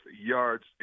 yards